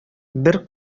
бер